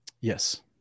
yes